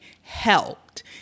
helped